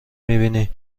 میبینی